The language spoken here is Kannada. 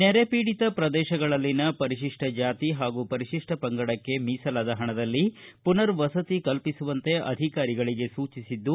ನೆರೆಪೀಡಿತ ಪ್ರದೇಶಗಳಲ್ಲಿನ ಪರಿಶಿಷ್ಟ ಜಾತಿ ಹಾಗೂ ಪರಿಶಿಷ್ಟ ಪಂಗಡಕ್ಕೆ ಮೀಸಲಾದ ಹಣದಲ್ಲಿ ಪುನರ್ ವಸತಿ ಕಲ್ಪಿಸುವಂತೆ ಅಧಿಕಾರಿಗಳಿಗೆ ಸೂಚಿಸಿದ್ದು